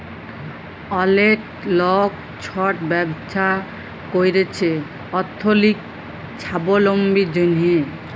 অলেক লক ছট ব্যবছা ক্যইরছে অথ্থলৈতিক ছাবলম্বীর জ্যনহে